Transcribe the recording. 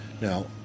Now